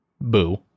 Boo